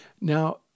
Now